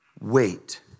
Wait